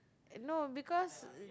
no because